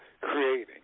creating